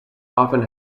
often